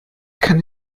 kann